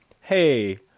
hey